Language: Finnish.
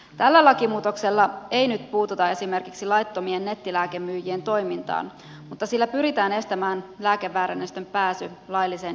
tällä lakimuutoksella ei nyt puututa esimerkiksi laittomien nettilääkemyyjien toimintaan mutta sillä pyritään estämään lääkeväärennösten pääsy lailliseen jakelukanavaan